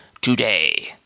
today